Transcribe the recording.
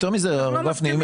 יותר מזה, הרב גפני.